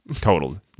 totaled